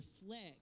reflect